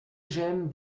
gemme